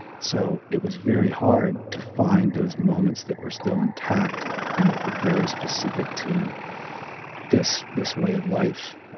so it was very hard to find those moments that were still intact and that were very specific to this this way of life.